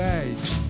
age